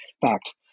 fact